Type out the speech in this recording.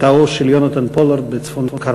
בתאו של יונתן פולארד בצפון-קרוליינה,